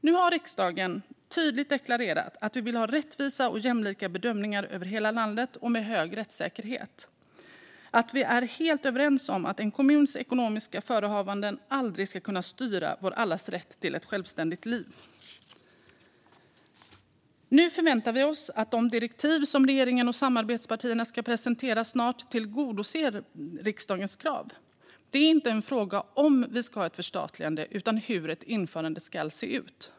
Nu har riksdagen tydligt deklarerat att vi vill ha rättvisa och jämlika bedömningar över hela landet med hög rättssäkerhet och att vi är helt överens om att en kommuns ekonomiska förehavanden aldrig ska kunna styra allas vår rätt till ett självständigt liv. Nu förväntar vi oss att de direktiv som regeringen och samarbetspartierna snart ska presentera tillgodoser riksdagens krav. Frågan är inte om vi ska ha ett förstatligande utan hur ett införande ska se ut.